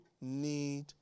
need